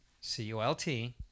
c-u-l-t